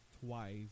twice